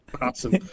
Awesome